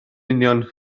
union